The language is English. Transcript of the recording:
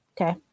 okay